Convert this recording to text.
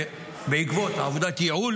בעקבות עבודת ייעול